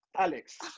Alex